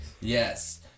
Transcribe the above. Yes